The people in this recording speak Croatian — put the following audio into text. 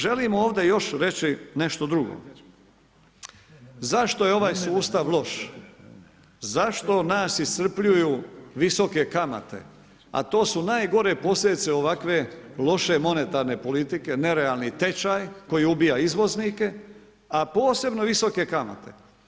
Želim ovdje reći još nešto drugo, zašto je ovaj sustav loš, zašto nas iscrpljuju visoke kamate, a to su najgore posljedice ovakve loše monetarne politike, nerealni tečaj, koji ubija izvoznike, a posebno visoke kamate.